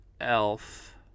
Elf